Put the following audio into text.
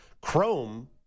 Chrome